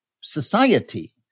society